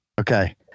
okay